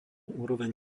úroveň